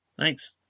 Thanks